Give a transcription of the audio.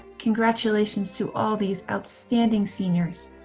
congratulations to all these outstanding seniors.